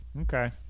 okay